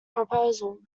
proposal